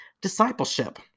discipleship